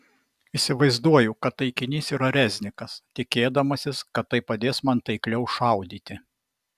įsivaizduoju kad taikinys yra reznikas tikėdamasis kad tai padės man taikliau šaudyti